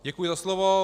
Děkuji za slovo.